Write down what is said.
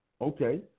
Okay